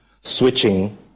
switching